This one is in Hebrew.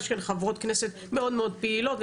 יש כאן חברות כנסת מאוד מאוד פעילות,